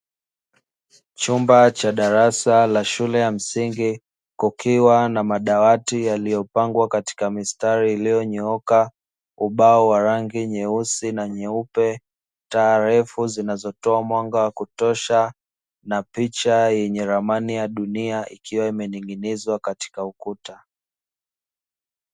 Chumba cha darasa la shule ya msingi kukiwa na madawati yaliyopangwa katika mistari iliyonyooka, ubao wa rangi nyeusi na nyeupe, taa refu zinazotoa mwanga wa kutosha na picha yenye ramani ya dunia, ikiwa imetengenezwa katika ukuta.